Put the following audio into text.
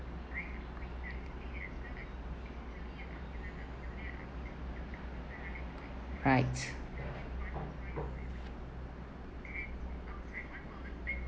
right